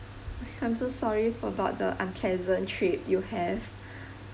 I'm so sorry about the unpleasant trip you have